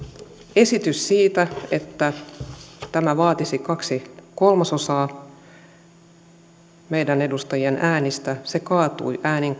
esitys siitä että tämä vaatisi kaksi kolmasosaa meidän edustajien äänistä kaatui äänin